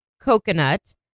coconut